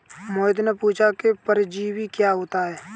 मोहित ने पूछा कि परजीवी क्या होता है?